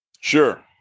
Sure